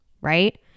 right